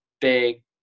big